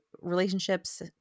relationships